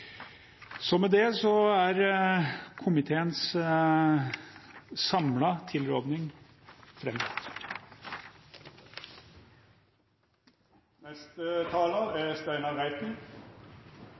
Med det er komiteens